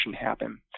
happen